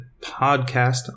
Podcast